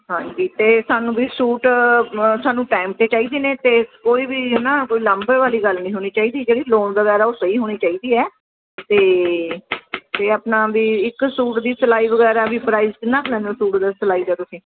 ਹਾਂਜੀ ਅਤੇ ਸਾਨੂੰ ਵੀ ਸੂਟ ਸਾਨੂੰ ਟਾਈਮ 'ਤੇ ਚਾਹੀਦੇ ਨੇ ਅਤੇ ਕੋਈ ਵੀ ਨਾ ਕੋਈ ਲਾਂਬੇ ਵਾਲੀ ਗੱਲ ਨਹੀਂ ਹੋਣੀ ਚਾਹੀਦੀ ਜਿਹੜੀ ਲੋਨ ਵਗੈਰਾ ਉਹ ਸਹੀ ਹੋਣੀ ਚਾਹੀਦੀ ਹੈ ਅਤੇ ਫੇਰ ਆਪਣਾ ਵੀ ਇੱਕ ਸੂਟ ਦੀ ਸਿਲਾਈ ਵਗੈਰਾ ਵੀ ਪ੍ਰਾਈਸ ਨਾ ਸੂਟ ਦਾ ਸਿਲਾਈ ਤੁਸੀਂ